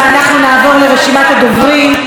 ואנחנו נעבור לרשימת הדוברים.